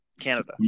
Canada